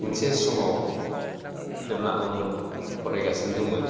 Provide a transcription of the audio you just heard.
मोनसे समाव जेब्ला आं फरायगासिनो दंमोन